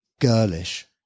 girlish